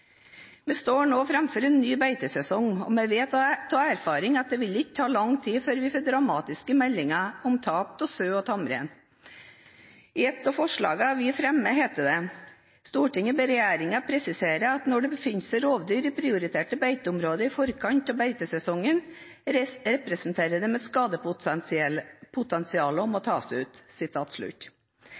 Vi står nå framfor en ny beitesesong, og vi vet av erfaring at det ikke vil ta lang tid før vi får dramatiske meldinger om tap av sau og tamrein. I et av forslagene vi fremmer, heter det: «Stortinget ber regjeringen presisere at når det befinner seg rovdyr i prioriterte beiteområder i forkant av og i beitesesongen, representerer disse et skadepotensial, og må tas ut